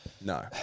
No